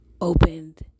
opened